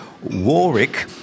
Warwick